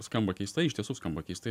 skamba keistai iš tiesų skamba keistai